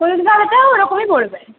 হলুদ গাঁদাও ওই রকমই পড়বে